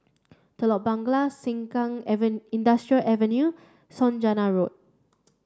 Telok Blangah Sengkang Industrial Avenue Saujana Road